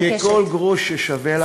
כי כל גרוש ששווה לנו